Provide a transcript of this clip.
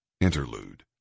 Interlude